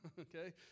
okay